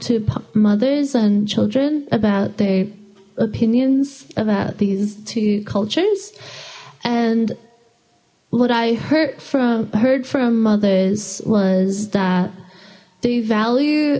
to mothers and children about their opinions about these two cultures and what i heard from heard from others was that they val